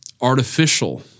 artificial